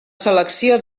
selecció